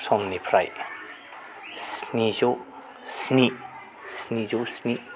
समनिफ्राय स्निजौ स्नि